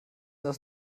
das